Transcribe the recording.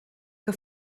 que